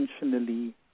intentionally